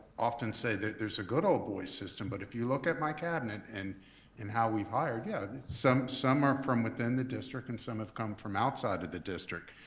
often say that there's a good ol' boys system. but if you look at my cabinet and and how we've hired, yeah some some are from within the district and some have come from outside of the district.